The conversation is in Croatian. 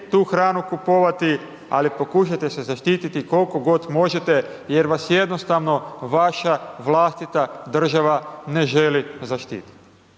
tu hranu kupovati, ali pokušajte se zaštiti koliko god možete, jer vas jednostavno, vaša vlastita država ne želi zaštiti.